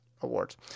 awards